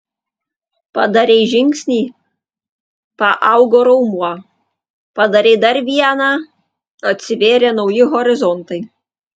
padarei žingsnį paaugo raumuo padarei dar vieną atsivėrė nauji horizontai